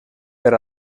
per